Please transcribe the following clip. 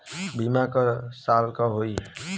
बीमा क साल क होई?